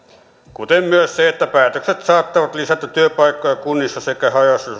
kuten myös sitä että päätökset saattavat lisätä työpaikkoja kunnissa sekä haja asutusalueilla